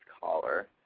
caller